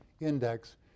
index